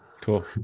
Cool